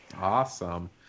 Awesome